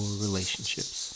relationships